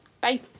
Bye